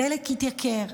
הדלק התייקר,